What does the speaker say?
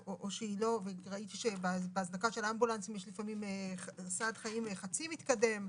ראיתי שבהזנקה של אמבולנסים יש לפעמים סעד חיים חצי מתקדם.